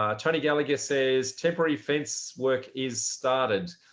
ah tony gallagher says temporary fence work is started.